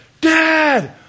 dad